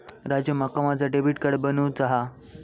राजू, माका माझा debit card बनवूचा हा